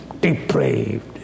depraved